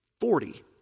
Forty